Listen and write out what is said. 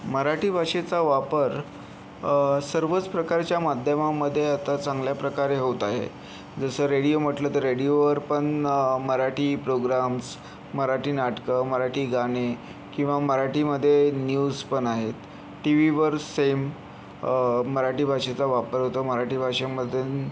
मराठी भाषेचा वापर सर्वच प्रकारच्या माध्यमामध्ये आता चांगल्या प्रकारे होत आहे जसं रेडियो म्हटलं तर रेडिओवर पण मराठी प्रोग्राम्स मराठी नाटकं मराठी गाणे किंवा मराठी मध्ये न्यूज पण आहेत टीव्हीवर सेम मराठी भाषेचा वापर होतो मराठी भाषेमध्ये